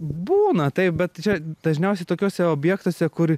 būna taip bet čia dažniausiai tokiuose objektuose kur